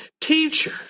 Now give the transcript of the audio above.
teacher